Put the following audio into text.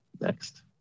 Next